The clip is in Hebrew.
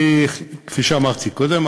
כפי שאמרתי קודם,